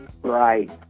Right